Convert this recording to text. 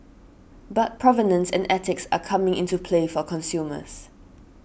but provenance and ethics are coming into play for consumers